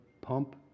pump